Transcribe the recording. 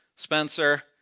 Spencer